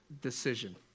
decision